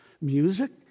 Music